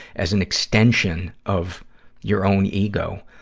as an extension of your own ego.